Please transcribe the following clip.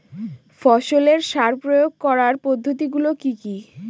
ফসলের সার প্রয়োগ করার পদ্ধতি গুলো কি কি?